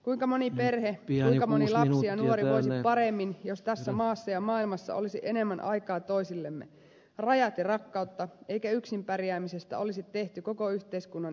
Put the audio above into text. kuinka moni perhe kuinka moni lapsi ja nuori voisikaan paremmin jos meillä tässä maassa ja maailmassa olisi enemmän aikaa toisillemme rajat ja rakkautta eikä yksin pärjäämisestä olisi tehty koko yhteiskunnan ikonia